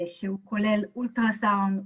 שהוא כולל אולטרסאונד,